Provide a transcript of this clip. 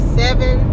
seven